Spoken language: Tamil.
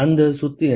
அந்த சொத்து என்ன